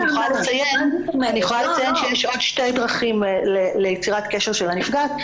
אני יכולה לציין שיש עוד שתי דרכים ליצירת קשר של הנפגעת.